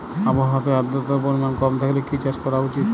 আবহাওয়াতে আদ্রতার পরিমাণ কম থাকলে কি চাষ করা উচিৎ?